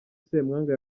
semwaga